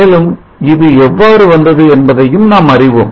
மேலும் இது எவ்வாறு வந்தது என்பதையும் நாம் அறிவோம்